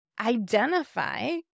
identify